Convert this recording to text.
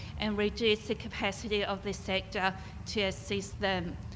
and reduce the capacity of this sector to assist them.